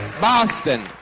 Boston